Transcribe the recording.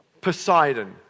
Poseidon